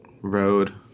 road